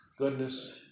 goodness